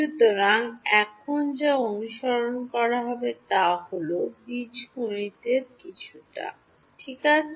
সুতরাং এখন যা অনুসরণ করা হবে তা হল বীজগণিতের কিছুটা ঠিক আছে